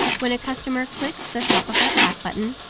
when a customer clicks the shopify chat button,